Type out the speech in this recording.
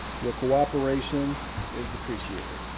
your cooperation is appreciated.